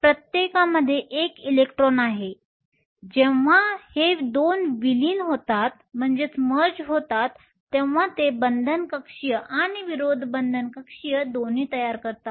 प्रत्येकामध्ये एक इलेक्ट्रॉन आहे जेव्हा हे 2 विलीन होतात तेव्हा ते बंधन कक्षीय आणि विरोधी बंधन कक्षीय दोन्ही तयार करतात